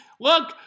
Look